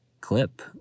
clip